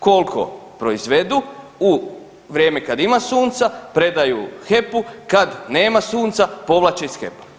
Koliko proizvedu u vrijeme kad ima sunca, predaju HEP-u, kad nema sunca povlače iz HEP-a.